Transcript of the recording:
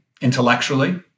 intellectually